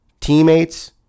teammates